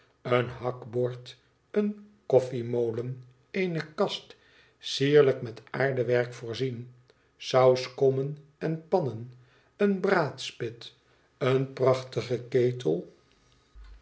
een hakbord een koffiemolen eene kast sierlijk met aardewerk voorzien sauskommen en pannen een braadspit een prachtige ketel